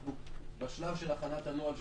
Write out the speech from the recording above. אנחנו בשלב של הכנת הנוהל.